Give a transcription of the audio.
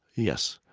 yes.